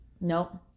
Nope